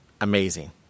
amazing